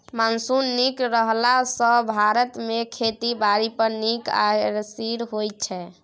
monsoon नीक रहला सँ भारत मे खेती बारी पर नीक असिर होइ छै